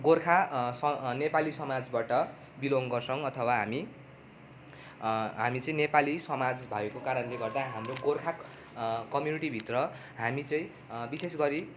गोर्खा स नेपाली समाजबाट बिलोङ गर्छौँ अथवा हामी हामी चाहिँ नेपाली समाज भएको कारणले गर्दा हाम्रो गोर्खा कम्युनिटीभित्र हामी चाहिँ विशेष गरी